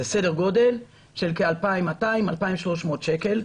זה סדר גודל של כ-2,200-2,300 שקל.